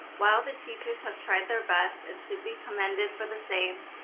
while the teachers have tried their best and should be commended for the same,